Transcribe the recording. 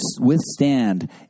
withstand